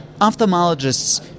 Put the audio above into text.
ophthalmologists